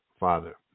Father